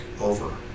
over